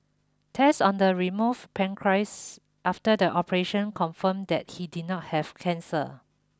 tests on the removed pancreas after the operation confirmed that he did not have cancer